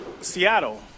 Seattle